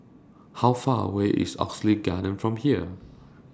How Far away IS Oxley Garden from here